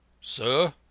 Sir